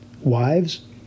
Wives